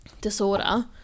disorder